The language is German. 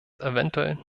eventuell